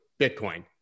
Bitcoin